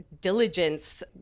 diligence